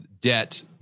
debt